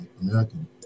American